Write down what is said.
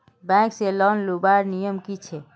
Bank से loan लुबार नियम की छे?